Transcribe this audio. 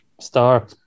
star